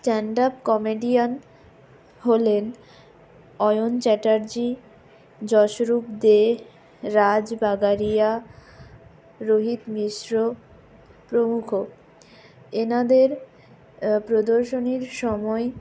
stand up comedian হলেন অয়ন চ্যাটার্জী যশরূপ দে রাজ বাগাড়িয়া রোহিত মিশ্র প্রমুখ এনাদের প্রদর্শনীর সময়